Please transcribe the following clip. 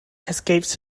escapes